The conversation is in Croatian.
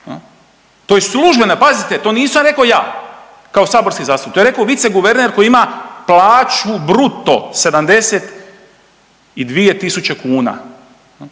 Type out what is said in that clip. To je službeno, pazite, to nisam rekao ja, kao saborski zastupnik, to je rekao viceguverner koji ima plaću bruto 72 tisuće kuna.